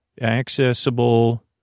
accessible